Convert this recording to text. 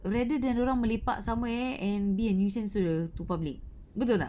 rather than dia orang melepak somewhere and be a nuisance to the to public betul tak